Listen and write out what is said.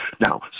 Now